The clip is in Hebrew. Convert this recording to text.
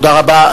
תודה רבה.